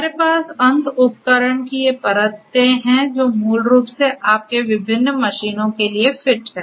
हमारे पास अंत उपकरणों की ये परतें हैं जो मूल रूप से आपके विभिन्न मशीनों के लिए फिट हैं